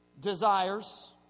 desires